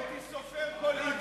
אם הייתי סופר כל אי-דיוק שלך,